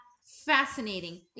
fascinating